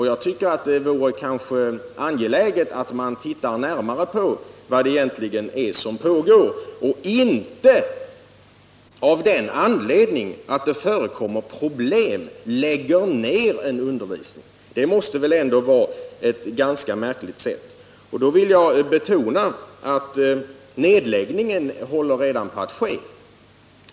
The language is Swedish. Jag tycker att det är angeläget att man tittar närmare på vad det egentligen är som pågår och inte av den anledningen att det förekommer problem lägger ned en undervisning — det måste väl ändå vara ett ganska märkligt sätt. Nu vill jag betona att nedläggningen redan håller på att ske.